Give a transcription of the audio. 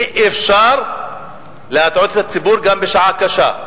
אי-אפשר להטעות את הציבור גם בשעה קשה,